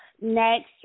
Next